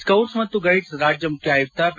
scouts ಮತ್ತು guides ರಾಜ್ಯ ಮುಖ್ಯ ಆಯುಕ್ತ ಪಿ